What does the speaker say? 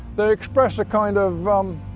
they express a kind of,